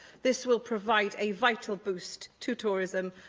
this will provide a vital boost to tourism,